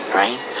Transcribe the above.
right